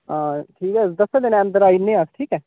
हां ठीक ऐ ते दस्सें दिनें दे अंदर आई जन्ने आं ठीक ऐ